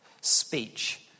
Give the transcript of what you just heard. speech